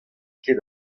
ket